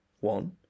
One